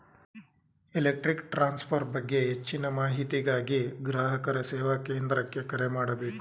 electric transfer ಬಗ್ಗೆ ಹೆಚ್ಚಿನ ಮಾಹಿತಿಗಾಗಿ ಗ್ರಾಹಕರ ಸೇವಾ ಕೇಂದ್ರಕ್ಕೆ ಕರೆ ಮಾಡಬೇಕು